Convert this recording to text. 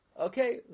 Okay